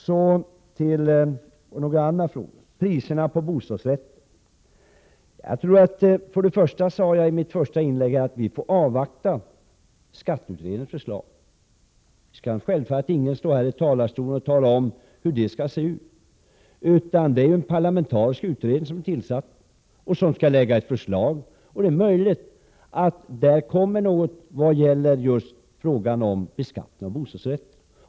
Så till frågan om priserna på bostadsrätter. Jag sade i mitt första inlägg att vi får avvakta skatteutredningens förslag — självfallet kan ingen stå här och tala om hur det skall se ut. Det är en parlamentarisk utredning som har tillsatts och som skall lägga fram ett förslag, och det är möjligt att den kommer med något vad gäller just frågan om beskattning av bostadsrätter.